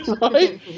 Right